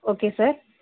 okay sir